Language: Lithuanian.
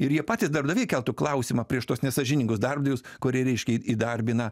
ir jie patys darbdaviai keltų klausimą prieš tuos nesąžiningus darbdavius kurie reiškia įdarbina